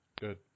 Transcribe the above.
good